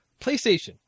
PlayStation